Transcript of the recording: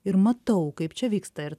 ir matau kaip čia vyksta ir